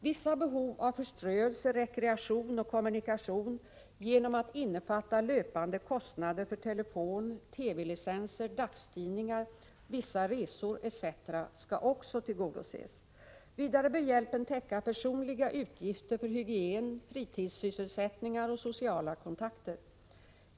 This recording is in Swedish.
Vissa behov av förströelse, rekreation och kommunikation, innefattande löpande kostnader för telefon, TV-licenser, dagstidningar, vissa resor etc., skall också tillgodoses. Vidare bör hjälpen täcka personliga utgifter för hygien, fritidssysselsättningar och sociala kontakter.